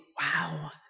wow